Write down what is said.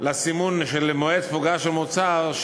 לסימון מועד תפוגה של מוצר,